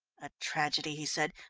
a tragedy, he said,